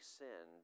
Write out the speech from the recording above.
sin